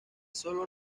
solo